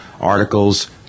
articles